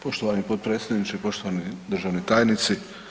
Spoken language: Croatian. Poštovani potpredsjedniče, poštovani državni tajnici.